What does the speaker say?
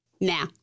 Now